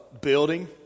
building